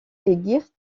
est